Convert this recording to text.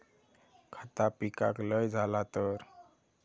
खता पिकाक लय झाला तर?